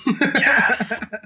Yes